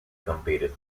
competed